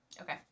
Okay